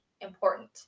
important